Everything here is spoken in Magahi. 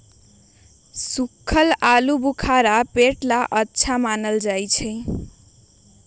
सूखा आलूबुखारा पेट ला अच्छा मानल जा हई